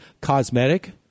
cosmetic